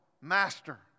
Master